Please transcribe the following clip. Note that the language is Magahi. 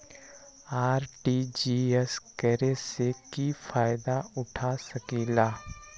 आर.टी.जी.एस करे से की फायदा उठा सकीला?